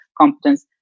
competence